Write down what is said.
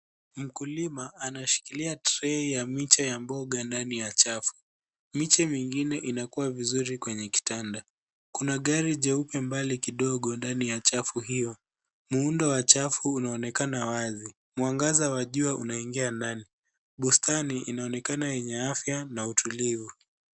Mkulima anashikilia trei ya miche ya mboga ndani ya chafu. Miche mingine inakua vizuri kwenye kitanda .Kuna gari nyeupe mbali kidogo ndani ya chafu hiyo muundo wa chafu unaonekana wazi. Nwangaza wa jua unaingia ndani. bustani inaonekana yenye afya na utulivu.